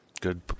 Good